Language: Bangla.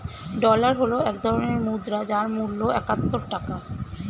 ডলার হল এক ধরনের মুদ্রা যার মূল্য একাত্তর টাকা